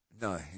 No